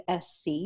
SC